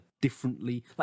differently